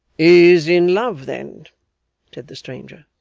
is in love then said the stranger.